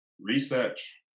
research